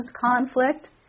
conflict